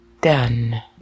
done